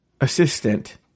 assistant